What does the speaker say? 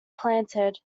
planted